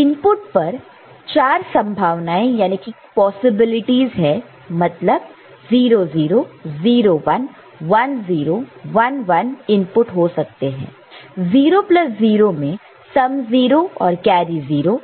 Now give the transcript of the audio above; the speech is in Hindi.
इनपुट पर 4 संभावनाएं पॉसिबिलिटीस मतलब 00 01 10 11 इनपुट हो सकते हैं 00 में सम 0 और कैरी 0